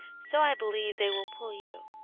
so i believe they will pull you.